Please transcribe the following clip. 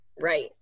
Right